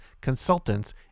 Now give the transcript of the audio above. consultants